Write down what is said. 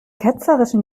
ketzerischen